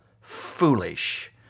foolish